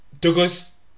Douglas